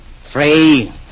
three